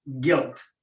Guilt